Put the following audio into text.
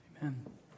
Amen